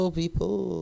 people